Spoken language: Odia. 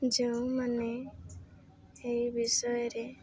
ଯେଉଁମାନେ ଏହି ବିଷୟରେ